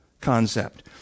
concept